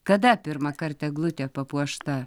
kada pirmąkart eglutė papuošta